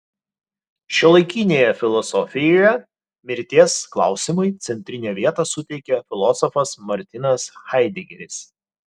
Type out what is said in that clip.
šiuolaikinėje filosofijoje mirties klausimui centrinę vietą suteikė filosofas martinas haidegeris